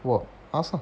what ask lah